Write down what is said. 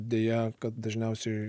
deja kad dažniausiai